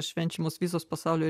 švenčiamos visos pasaulio